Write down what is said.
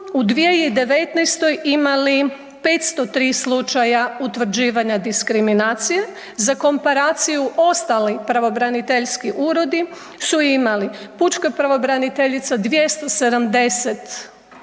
u 2019. imali 503 slučaja utvrđivanja diskriminacije, za komparaciju ostali pravobraniteljski uredi su imali pučka pravobraniteljica 270 predmeta